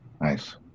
Nice